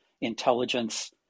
intelligence